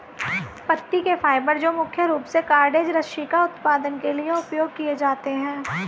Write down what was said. पत्ती के फाइबर जो मुख्य रूप से कॉर्डेज रस्सी का उत्पादन के लिए उपयोग किए जाते हैं